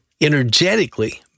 energetically